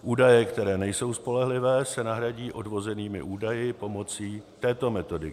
Údaje, které nejsou spolehlivé, se nahradí odvozenými údaji pomocí této metodiky.